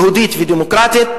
יהודית ודמוקרטית,